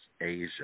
Asia